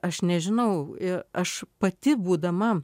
aš nežinau ir aš pati būdama